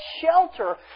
shelter